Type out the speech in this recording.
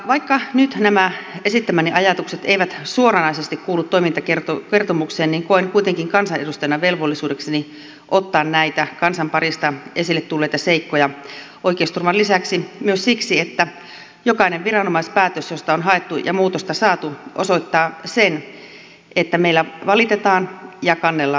vaikka nyt nämä esittämäni ajatukset eivät suoranaisesti kuulu toimintakertomukseen koen kuitenkin kansanedustajana velvollisuudekseni ottaa esille näitä kansan parista tulleita seikkoja paitsi oikeusturvan vuoksi myös siksi että jokainen viranomaispäätös johon on haettu muutosta ja saatu osoittaa sen että meillä valitetaan ja kannellaan paljon